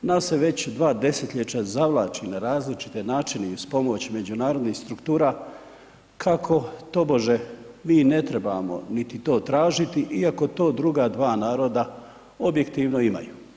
Nas se već dva desetljeća zavlači na različite načine i uz pomoć međunarodnih struktura kako tobože mi ne trebamo niti to tražiti iako to druga dva naroda objektivno imaju.